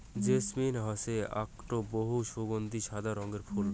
jasmine হসে আকটো বহু সগন্ধিও সাদা রঙের ফুল